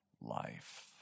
life